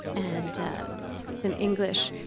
and in english,